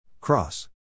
Cross